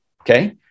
okay